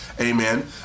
amen